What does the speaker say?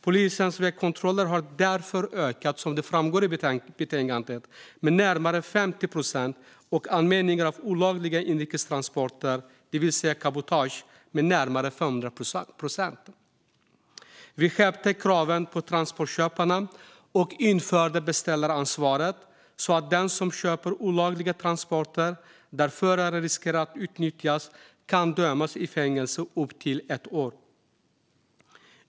Polisens vägkontroller har därför ökat, vilket framgår i betänkandet, med närmare 50 procent och anmälningar av olagliga inrikestransporter, cabotage, med närmare 500 procent. Vi skärpte kraven på transportköparna och införde beställaransvaret så att den som köper olagliga transporter där förare riskerar att utnyttjas kan dömas till fängelse upp till ett år.